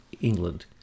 England